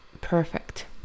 Perfect